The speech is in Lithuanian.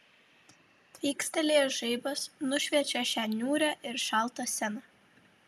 tvykstelėjęs žaibas nušviečia šią niūrią ir šaltą sceną